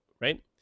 right